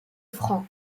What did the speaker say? francs